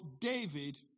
David